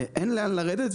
אין לאן לרדת,